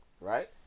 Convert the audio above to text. Right